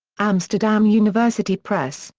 amsterdam university press,